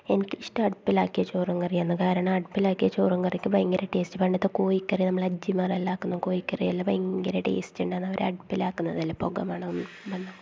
എനിക്ക് ഇഷ്ട്ടം അടുപ്പിലാക്കിയ ചോറും കറിയും ആന്ന് കാരണം അടുപ്പിലാക്കിയ ചോറും കറിക്ക് ഭയങ്കര ടേസ്റ്റും പണ്ടത്തെ കോഴിക്കറി നമ്മൾ അജ്ജിമാറെല്ലാക്കുന്ന കോഴിക്കറി എല്ലാം ഭയങ്കര ടേസ്റ്റ് ഉണ്ടാന്ന് അവർ അടുപ്പെലാക്കുന്നതല്ലെ പുകമണം ഒന്നും ബന്നു